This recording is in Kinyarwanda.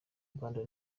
rwanda